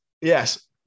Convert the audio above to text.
Yes